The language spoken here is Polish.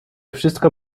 wszystko